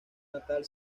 natal